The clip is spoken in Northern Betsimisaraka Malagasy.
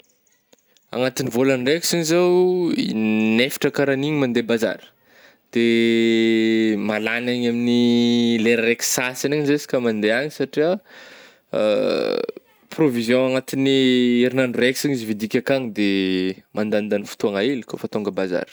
Agnatin'ny vôlagn-draiky zegny zao, in-efatra karaha an'igny mande bazary de malagny agny amin'ny lera raiky sy sasagny agny zah isaky mandeha agny satria provision agnatin'ny herinandro raiky zany vidiko ankagny de mandandagny fotoagna ely kô fa tonga a bazary.